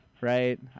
Right